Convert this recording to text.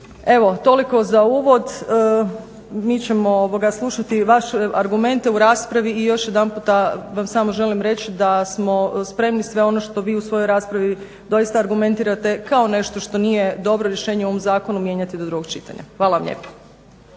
Evo toliko za uvid. Mi ćemo slušati vaše argumente u raspravi i još jedanputa vam samo želim reći da smo spremni sve ono što vi u svojoj raspravi doista argumentirate kao nešto što nije dobro rješenje u ovom zakonu mijenjati do drugog čitanja. Hvala vam lijepo.